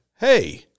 Hey